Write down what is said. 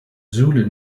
zulu